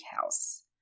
house